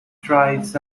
drives